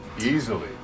Easily